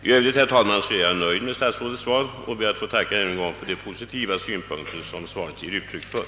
I övrigt är jag nöjd med statsrådets svar och ber att ännu en gång få tacka för de positiva synpunkter svaret ger uttryck för.